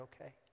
okay